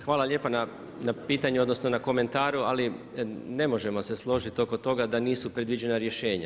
Hvala lijepa na pitanju odnosno na komentaru, ali ne možemo se složiti oko toga da nisu predviđena rješenja.